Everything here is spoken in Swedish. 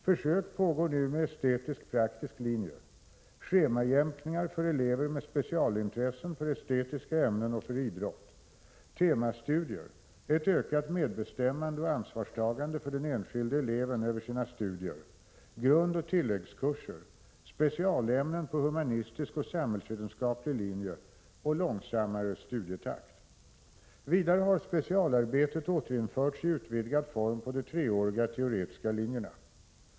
Försök pågår nu med estetisk-praktisk linje, schemajämkningar för elever med specialintressen för estetiska ämnen och för idrott, temastudier, ett ökat medbestämmande och ansvarstagande för den enskilde eleven över sina studier, grundoch tilläggskurser, specialämnen på humanistisk och samhällsvetenskaplig linje och långsammare studietakt. Vidare har specialarbetet återinförts i utvidgad form på de treåriga teoretiska linjerna.